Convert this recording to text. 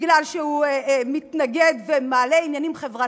הוא מתנגד ומעלה עניינים חברתיים.